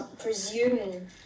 presuming